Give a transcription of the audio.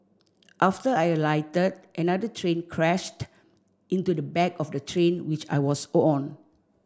after I alighted another train crashed into the back of the train which I was on